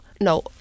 No